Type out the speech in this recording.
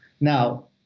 Now